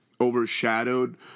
overshadowed